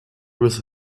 with